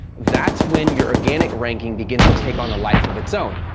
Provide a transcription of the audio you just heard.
that's when your organic ranking begins to take on a life of its own.